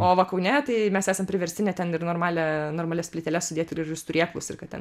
o va kaune tai mes esam priversti net ten ir normalią normalias plyteles sudėti gražius turėklus ir kad ten